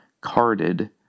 carded